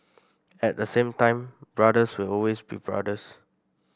at the same time brothers will always be brothers